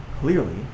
Clearly